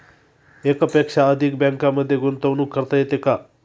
एकापेक्षा अधिक बँकांमध्ये गुंतवणूक करता येते का?